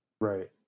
Right